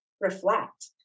reflect